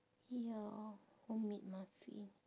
ya homemade muffin